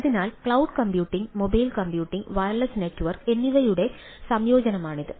അതിനാൽ cloud computing mobile computing wireless network എന്നിവയുടെ സംയോജനമാണിത്